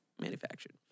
manufactured